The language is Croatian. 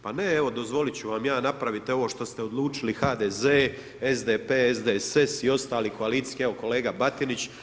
Ma ne, evo dozvolit ću vam ja napravite ovo što ste odlučili HDZ, SDP, SDSS i ostali koalicijski, evo kolega Batinić,